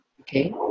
Okay